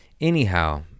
Anyhow